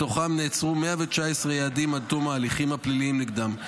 מתוכם נעצרו 119 יעדים עם תום ההליכים הפליליים נגדם.